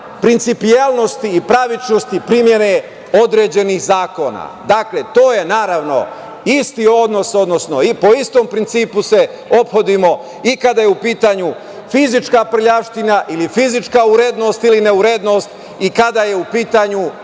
principijelnosti i pravičnosti primene određenih zakona. Dakle, to je, naravno, isti odnos, odnosno po istom principu se ophodimo i kada je u pitanju fizička prljavština ili fizička urednost ili neurednost i kada je u pitanju